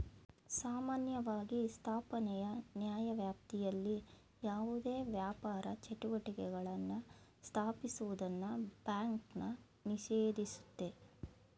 ಸಾಮಾನ್ಯವಾಗಿ ಸ್ಥಾಪನೆಯ ನ್ಯಾಯವ್ಯಾಪ್ತಿಯಲ್ಲಿ ಯಾವುದೇ ವ್ಯಾಪಾರ ಚಟುವಟಿಕೆಗಳನ್ನ ಸ್ಥಾಪಿಸುವುದನ್ನ ಬ್ಯಾಂಕನ್ನ ನಿಷೇಧಿಸುತ್ತೆ